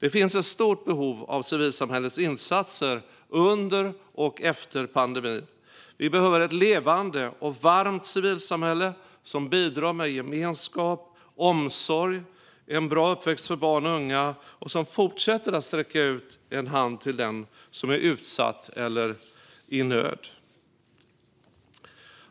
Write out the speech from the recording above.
Det finns ett stort behov av civilsamhällets insatser under och efter pandemin. Vi behöver ett levande och varmt civilsamhälle som bidrar med gemenskap, omsorg och en bra uppväxt för barn och unga och som fortsätter att sträcka ut en hand till den som är utsatt eller i nöd.